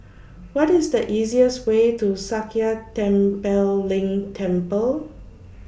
What IS The easiest Way to Sakya Tenphel Ling Temple